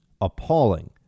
appalling